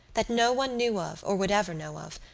that no one knew of or would ever know of,